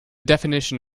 definition